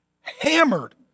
hammered